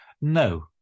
No